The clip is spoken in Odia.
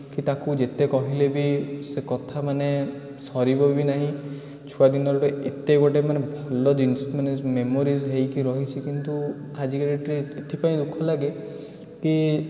କି ତାକୁ ଯେତେ କହିଲେ ବି ସେ କଥା ମାନେ ସରିବ ବି ନାହିଁ ଛୁଆଦିନ ଗୋଟେ ଏତେ ଗୋଟେ ମାନେ ଭଲ ଜିନିଷ ମାନେ ମେମୋରିଜ୍ ହୋଇକି ରହିଛି କିନ୍ତୁ ଆଜିକାଲି ଡେଟ୍ରେ ଏଥିପାଇଁ ଦୁଃଖ ଲାଗେ କି